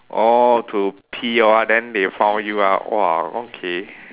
orh to pee ah then they found you ah !wah! okay